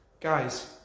guys